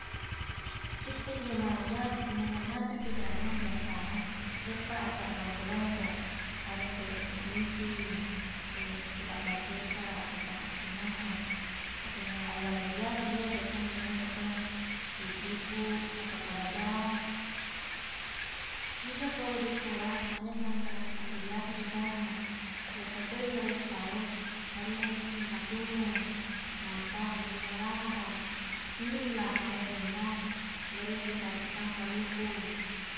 Kitte njo mae iya punna la nganreki jangang biasana rieppa acara lompo-lompo, pada njo rie to bunting, tu la bakeka atau pasunnakang, kah punna allo-allo biasaji iya biasanaji nganre taua e juku ataukah bajao, injo pole nikua tania sangka nipallu biasaji janganga biasa to injo rie tau naallei natunu, napa naallei nalahara, injo nilaharai arenna rialle riparukkang kaluku.